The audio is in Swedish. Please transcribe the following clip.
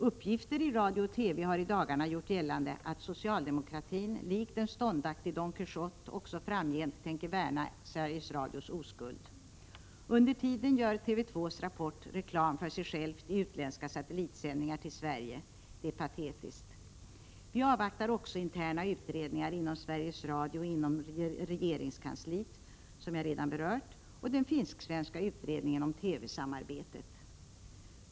Uppgifter i radio och TV har i dagarna gjort gällande att socialdemokratin likt en ståndaktig Don Quijote också framgent tänker värna Sveriges Radios oskuld. Under tiden gör TV 2:s är patetiskt. Vi avvaktar också interna utredningar inom Sveriges Radio och inom regeringskansliet, som jag redan berört, och den finsk-svenska utredningen om TV-samarbetet.